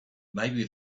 maybe